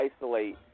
isolate